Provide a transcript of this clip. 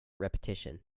repetition